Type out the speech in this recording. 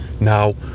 now